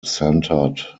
centered